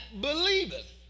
believeth